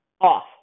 off